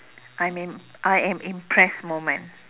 I'm im~ I am impressed moment